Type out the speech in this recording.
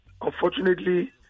Unfortunately